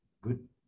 good